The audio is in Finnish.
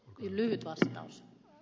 lyhyt vastaus